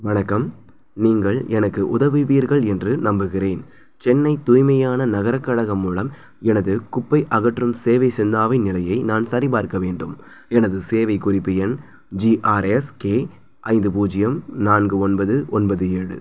வணக்கம் நீங்கள் எனக்கு உதவுவீர்கள் என்று நம்புகிறேன் சென்னை தூய்மையான நகர கழகம் மூலம் எனது குப்பை அகற்றும் சேவை சந்தாவின் நிலையை நான் சரிபார்க்க வேண்டும் எனது சேவை குறிப்பு எண் ஜிஆர்எஸ்கே ஐந்து பூஜ்ஜியம் நான்கு ஒன்பது ஒன்பது ஏழு